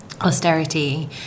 austerity